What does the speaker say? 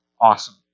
awesome